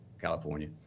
California